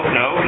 no